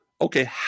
okay